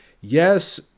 Yes